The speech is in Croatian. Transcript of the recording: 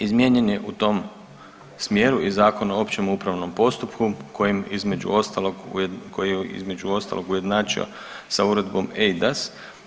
Izmijenjen je u tom smjeru i Zakon o općem upravom postupku kojim između ostalog, koji je između ostalog ujednačio sa Uredbom EIDAS.